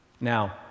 Now